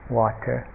water